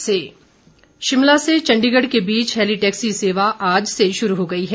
heli taxi Shimla से चण्डीगढ़ के बीच हैली टैक्सी सेवा आज से शुरू हो गई है